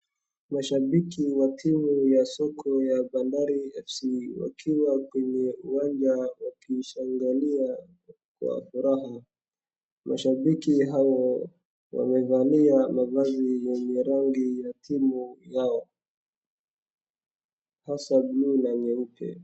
Washabiki wa timu ya soka ya Bandari FC wakiwa kwenye uwanja wakimshangalia kwa furaha. Mashabiki hawa wamevalia mavazi yenye rangi ya timu yao, kwanza blue na nyeupe.